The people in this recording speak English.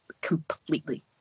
completely